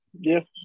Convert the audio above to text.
Yes